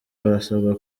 barasabwa